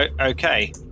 okay